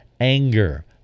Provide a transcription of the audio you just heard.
anger